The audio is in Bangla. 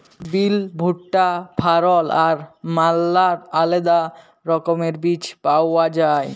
বিল, ভুট্টা, ফারল আর ম্যালা আলেদা রকমের বীজ পাউয়া যায়